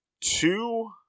two